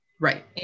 Right